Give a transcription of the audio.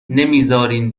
نمیزارین